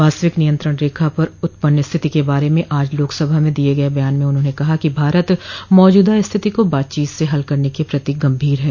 वास्तविक नियंत्रण रेखा पर उत्पन्न स्थिति के बारे में आज लोकसभा में दिए गए बयान में उन्होंने कहा कि भारत मौजूदा स्थिति को बातचीत से हल करने के प्रति गंभीर है